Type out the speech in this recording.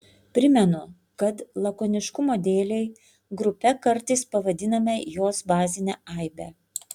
primenu kad lakoniškumo dėlei grupe kartais pavadiname jos bazinę aibę